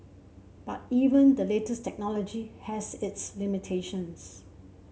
but even the latest technology has its limitations